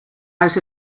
out